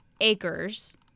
acres